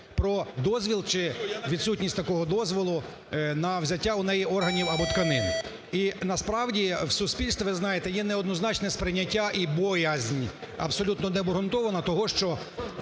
про дозвіл чи відсутність такого дозволу на взяття у неї органів або тканин. І насправді в суспільстві, ви знаєте, є неоднозначне сприйняття і боязнь абсолютно необґрунтована того, що